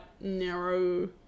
narrow